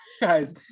guys